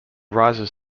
rises